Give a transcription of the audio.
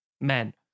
men